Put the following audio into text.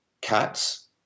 cats